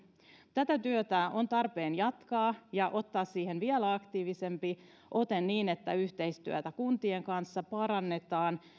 tätä työtä on tarpeen jatkaa ja ottaa siihen vielä aktiivisempi ote niin että yhteistyötä kuntien kanssa parannetaan